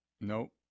Nope